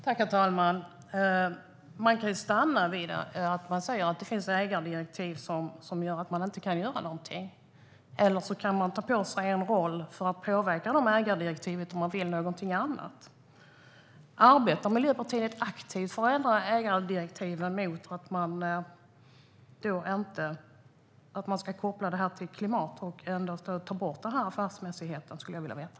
Herr talman! Man kan stanna vid att säga att det finns ägardirektiv som gör att man inte kan göra någonting, eller också kan man ta på sig rollen att påverka ägardirektiven om man vill någonting annat. Arbetar Miljöpartiet aktivt för att koppla ägardirektiven till klimatet och ta bort affärsmässigheten? Det skulle jag vilja veta.